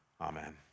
Amen